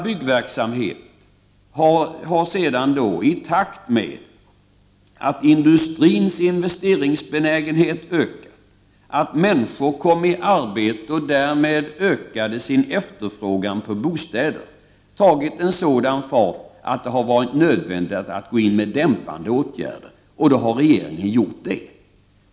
Byggverksamheten har sedan, i takt med att industrins investeringsbenägenhet har ökat, att människor kommit i arbete och därmed ökat sin efterfrågan på bostäder, tagit sådan fart att det har varit nödvändigt att gå in med dämpande åtgärder. Detta har regeringen gjort.